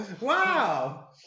Wow